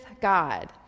God